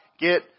get